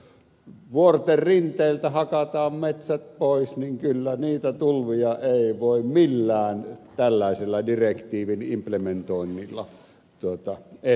elikkä jos vuorten rinteiltä hakataan metsät pois niin ei niitä tulvia kyllä voi millään tällaisella direktiivin implementoinnilla estää